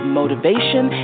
motivation